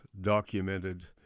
documented